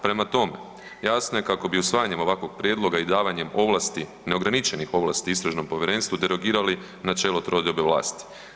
Prema tome, jasno je kako bi usvajanjem ovakvog prijedloga i davanjem ovlasti, neograničenih ovlasti istražnom povjerenstvu derogirali načelo trodiobe vlasti.